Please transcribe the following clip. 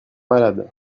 malades